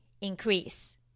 increase